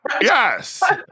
Yes